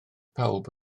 pawb